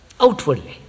outwardly